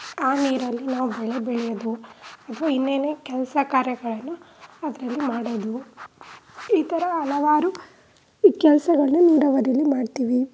ಆ ನೀರಲ್ಲಿ ನಾವು ಬೆಳೆ ಬೆಳೆಯೋದು ಅಥವಾ ಇನ್ನೇನೇ ಕೆಲಸ ಕಾರ್ಯಗಳನ್ನು ಅದರಲ್ಲಿ ಮಾಡೋದು ಈ ಥರ ಹಲವಾರು ಈ ಕೆಲಸಗಳ್ನ ನೀರಾವರಿಲ್ಲಿ ಮಾಡ್ತೀವಿ